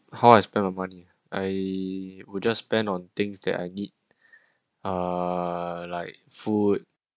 how I spend my money I will just spend on things that I need ah like food